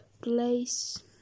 place